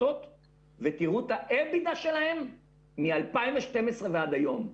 ותראו את האבידה (EBITDA) שלהן מ-2012 ועד היום.